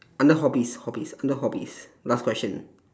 under hobbies hobbies under hobbies last question